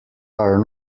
are